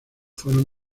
fueron